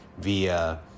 via